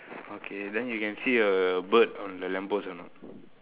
okay then you can see a bird on the lamp post or not